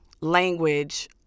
language